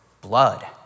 blood